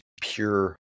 Pure